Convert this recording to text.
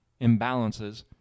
imbalances